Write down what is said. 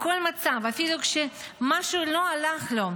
בכל מצב, אפילו כשמשהו לא הלך לו,